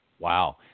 Wow